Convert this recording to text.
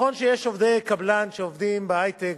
נכון שיש עובדי קבלן שעובדים בהיי-טק